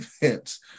events